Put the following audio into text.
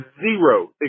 zero